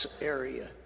area